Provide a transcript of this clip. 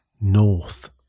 north